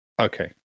okay